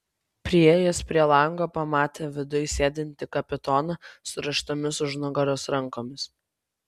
priėjęs prie lango pamatė viduj sėdintį kapitoną surištomis už nugaros rankomis